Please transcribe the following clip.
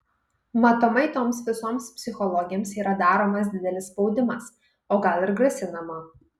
matomai toms visoms psichologėms yra daromas didelis spaudimas o gal ir grasinama